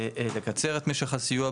לקצר את משך הסיוע,